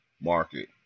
market